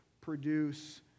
produce